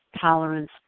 tolerance